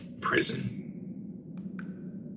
prison